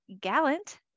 Gallant